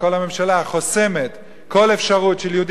כל הממשלה חוסמת כל אפשרות של יהודי